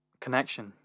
connection